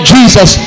Jesus